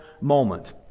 moment